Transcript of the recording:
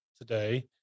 today